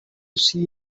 see